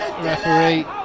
referee